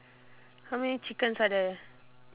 how many chickens are there